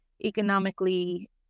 economically